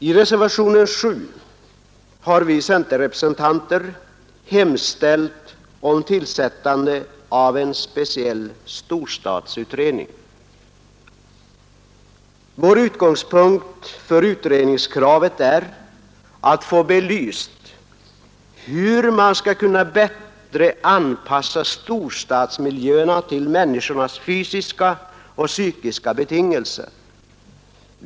I reservationen 7 har vi centerrepresentanter hemställt om tillsättande av en speciell storstadsutredning. Vår utgångspunkt för utredningskravet är att få belyst hur man bättre skall kunna anpassa storstadsmiljöerna till människornas fysiska och psykiska betingelser.